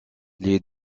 les